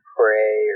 pray